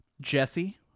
Jesse